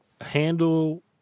handle